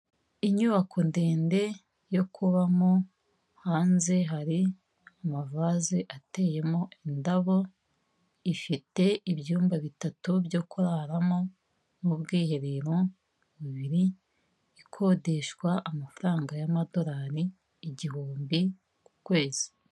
Inyubako ndende yo kubamo, hanze hari amavaze ateyemo indabo, ifite ibyumba bitatu byo kuraramo n'ubwiherero bubiri, ikodeshwa amafaranga y'amadorari igihumbi ku kwezi.